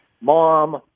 mom